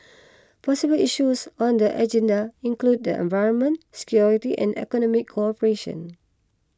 possible issues on the agenda include environment security and economic cooperation